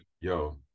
yo